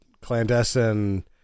clandestine